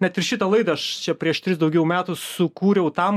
net ir šitą laidą aš čia prieš tris daugiau metų sukūriau tam